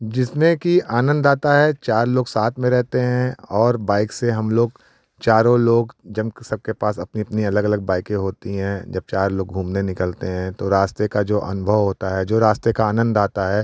जिसमें कि आनंद आता है चार लोग साथ में रहते हैं और बाइक से हम लोग चारों लोग जन कि सबके पास अपनी अपनी अलग अलग बाइकें होती हैं जब चार लोग घूमने निकलते हैं तो रास्ते का जो अनुभव होता है जो रास्ते का आनंद आता है